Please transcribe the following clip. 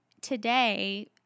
today